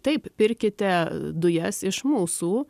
taip pirkite dujas iš mūsų